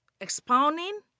expounding